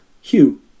Hugh